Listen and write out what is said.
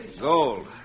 gold